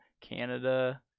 Canada